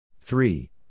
three